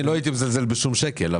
אני לא הייתי מזלזל בשום שקל,